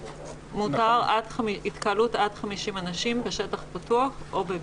מותר התקהלות עד 50 אנשים בשטח פתוח או במבנה.